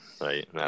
right